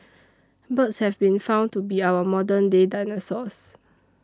birds have been found to be our modern day dinosaurs